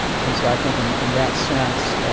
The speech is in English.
and so, i think, and in that sense